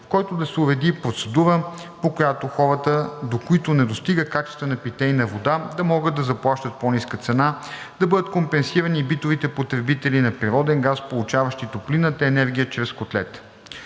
в който да се уреди процедура, по която хората, до които не достига качествена питейна вода, да могат да заплащат по-ниска цена; да бъдат компенсирани и битовите потребители на природен газ, получаващи топлинна енергия чрез котлета.